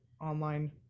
online